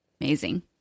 Amazing